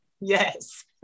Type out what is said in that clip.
Yes